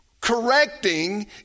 correcting